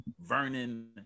Vernon